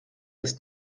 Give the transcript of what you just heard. ist